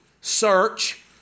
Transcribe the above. search